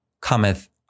cometh